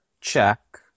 check